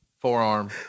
Forearm